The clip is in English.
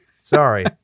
Sorry